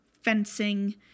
fencing